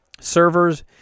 servers